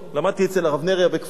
למדתי אצל הרב נריה בכפר-הרא"ה,